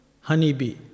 honeybee